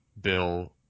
bill